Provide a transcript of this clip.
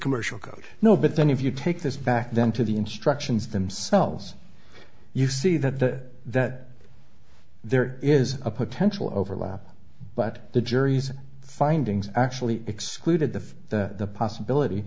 commercial code no but then if you take this back then to the instructions themselves you see that that there is a potential overlap but the jury's findings actually excluded the the possibility